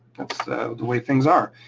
the way things are.